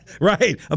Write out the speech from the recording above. Right